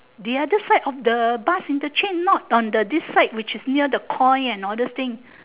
the other side of the bus interchange not on the this side which is near the koi and all those thing